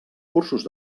cursos